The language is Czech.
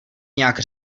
nějak